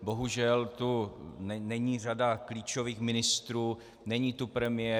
Bohužel tu není řada klíčových ministrů, není tu premiér.